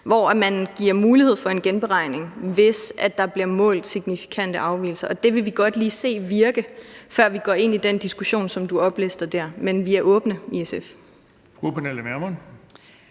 hvor man giver mulighed for en genberegning, hvis der bliver målt signifikante afvigelser, og det vil vi godt lige se virke, før vi går ind i den diskussion, som du beskriver der. Men vi er åbne over